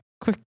quick